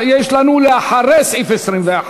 יש לנו לאחרי סעיף 21,